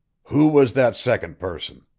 who was that second person?